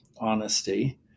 honesty